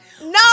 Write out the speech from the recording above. No